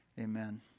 Amen